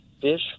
fish